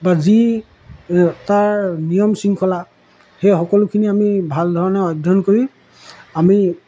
বা যি তাৰ নিয়ম শৃংখলা সেই সকলোখিনি আমি ভাল ধৰণে অধ্যয়ন কৰি আমি